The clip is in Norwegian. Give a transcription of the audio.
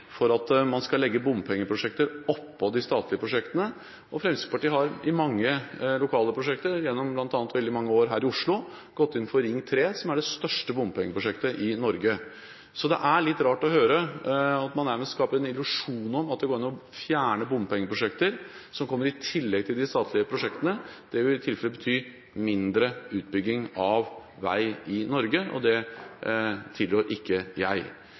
for å legge bompengeprosjekter oppå de statlige prosjektene. Fremskrittspartiet har i mange lokale prosjekter, bl.a. gjennom mange år her i Oslo, gått inn for Ring 3, som er det største bompengeprosjektet i Norge. Det er litt rart å høre at man nærmest skaper en illusjon om at det går an å fjerne bompengeprosjekter, som kommer i tillegg til de statlige prosjektene. Det vil i tilfelle bety mindre utbygging av vei i Norge, og det tilrår ikke jeg.